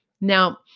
Now